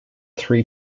three